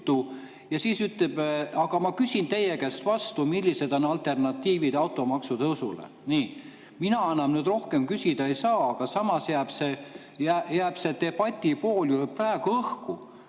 ja siis ütles, et aga ma küsin teie käest vastu, millised on alternatiivid automaksule. Nii. Mina rohkem küsida ei saa, aga samas jääb see debatipool ju praegu õhku.